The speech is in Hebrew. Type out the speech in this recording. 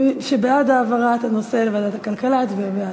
מי שבעד העברת הנושא לוועדת הכלכלה, יצביע בעד.